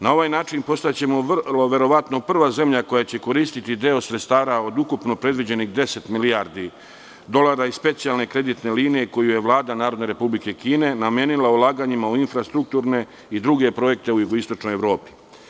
Na ovaj način postaćemo vrlo verovatno prva zemlja koja će koristiti deo sredstava od ukupno predviđenih 10 milijardi dolara i specijalne kreditne linije koju je Vlada Narodne Republike Kine namenila ulaganjima u infrastrukturne i druge projekte u jugoistočnoj Evropi.